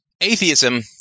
atheism